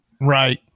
Right